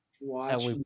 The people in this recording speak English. watch